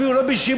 אפילו לא בשימוש,